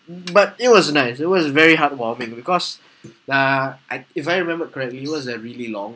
but it was nice it was very heartwarming because uh I if I remember correctly it was a really long